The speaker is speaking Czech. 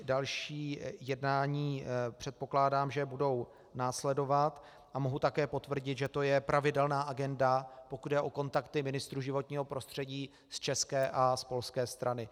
Další jednání, předpokládám, budou následovat a mohu také potvrdit, že to je pravidelná agenda, pokud jde o kontakty ministrů životního prostředí z české a polské strany.